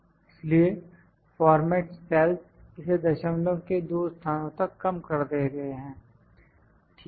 इसलिए format cells इसे दशमलव के दो स्थानों तक कम कर देते हैं ठीक है